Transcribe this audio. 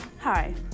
Hi